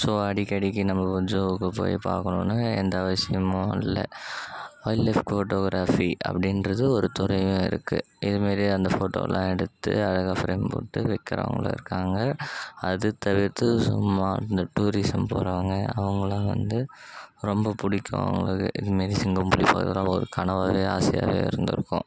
so அடிக்கடிக்கு நம்ம ஜூவுக்கு போய் பார்க்கணுன்னு எந்த அவசியமும் இல்லை வைல்ட் லைஃப் ஃபோட்டோக்ராஃபி அப்படின்றது ஒரு துறையும் இருக்குது இது மாரி அந்த ஃபோட்டோலாம் எடுத்து அழகா ஃப்ரேம் போட்டு விக்கறவங்களும் இருக்காங்க அது தவிர்த்து சும்மா இந்த டூரிசம் போகிறவங்க அவங்கள்லாம் வந்து ரொம்ப பிடிக்கும் அவங்களுக்கு இது மாரி சிங்கம் புலி பார்க்கறதுலாம் ஒரு கனவாகவே ஆசையாகவே இருந்திருக்கும்